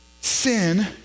sin